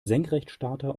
senkrechtstarter